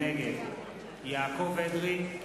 נגד יעקב אדרי,